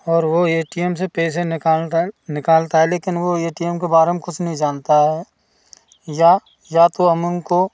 और वो A T M से पैसे निकालतर निकालता है लेकिन वो ए टी एम को बरे में कुछ नहीं जानता है या या तो हम उनको